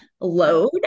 load